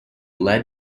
led